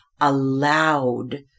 allowed